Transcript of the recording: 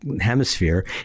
hemisphere